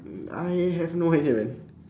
mm I have no idea man